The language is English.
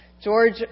George